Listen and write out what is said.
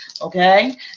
Okay